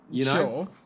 Sure